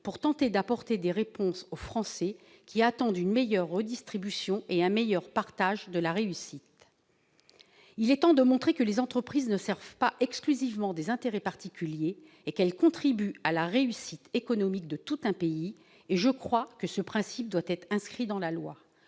pour tenter d'apporter des réponses aux Français qui attendent une meilleure redistribution et un meilleur partage de la réussite. Il est temps de montrer que les entreprises ne servent pas exclusivement des intérêts particuliers et qu'elles contribuent à la réussite économique de tout un pays. Et je crois que ce principe doit être inscrit dans la loi.